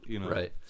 Right